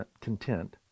content